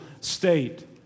state